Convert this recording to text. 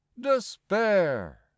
despair